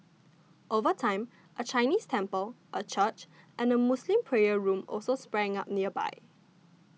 over time a Chinese temple a church and a Muslim prayer room also sprang up nearby